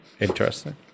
Interesting